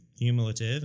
cumulative